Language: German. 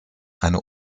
eine